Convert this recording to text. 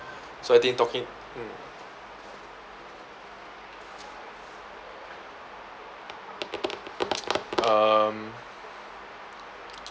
so I think talking mm um